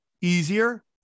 easier